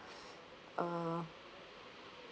uh